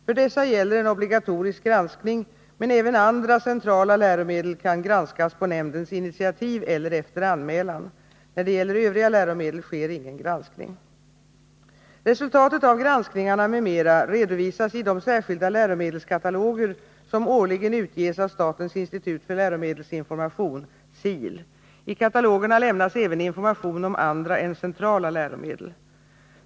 För dessa gäller en obligatorisk granskning, men även andra centrala läromedel kan granskas på nämndens initiativ eller efter anmälan. När det gäller övriga läromedel sker ingen granskning. Resultatet av granskningarna m.m. redovisas i de särskilda läromedelskataloger som årligen utges av statens institut för läromedelsinformation . I katalogerna lämnas även information om andra än centrala läromedel.